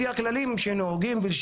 לפי הכללים שנהוגים.